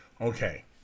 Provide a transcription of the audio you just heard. Okay